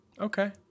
Okay